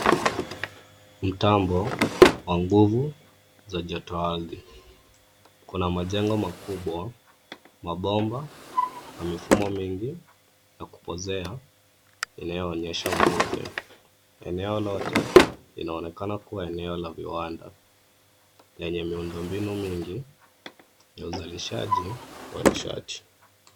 Mtambo wa nguvu za jotoardhi. Kuna majengo makubwa, mabomba na mivumo mingi ya kupozea inayoonyesha mvuke. Eneo lote linaonekana kuwa eneo la viwanda lenye miundombinu mingi ya uzalishaji wa nishati.